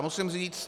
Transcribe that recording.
Musím říct...